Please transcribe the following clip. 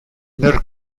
nel